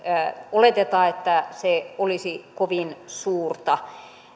oleteta että se olisi kovin suurta